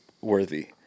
worthy